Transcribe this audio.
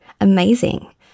Amazing